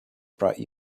brought